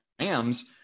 Rams